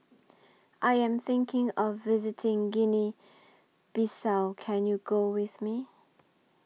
I Am thinking of visiting Guinea Bissau Can YOU Go with Me